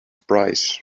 price